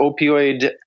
opioid